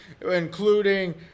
including